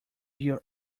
your